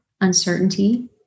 uncertainty